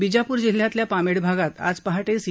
बिजापूर जिल्ह्यातल्या पामेड भागात आज पहाटे सी